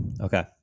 Okay